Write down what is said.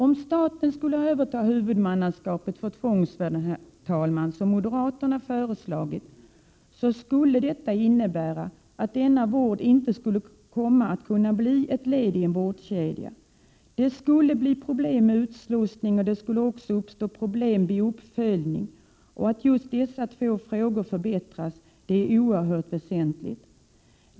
Om staten skulle överta huvudmannaskapet för tvångsvården, som moderaterna föreslagit, skulle detta innebära att denna vård inte skulle kunna bli ett led i en vårdkedja. Det skulle bli problem med utslussning, och det skulle också uppstå problem vid uppföljningen. Att just dessa två frågor förbättras är oerhört väsentligt.